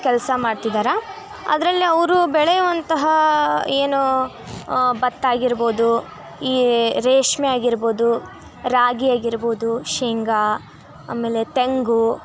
ಕೆಲಸ ಮಾಡ್ತಿದ್ದಾರೆ ಅದ್ರಲ್ಲಿ ಅವರು ಬೆಳೆಯುವಂತಹ ಏನು ಭತ್ತ ಆಗಿರ್ಬೋದು ಈ ರೇಷ್ಮೆ ಆಗಿರ್ಬೋದು ರಾಗಿ ಆಗಿರ್ಬೋದು ಶೇಂಗಾ ಆಮೇಲೆ ತೆಂಗು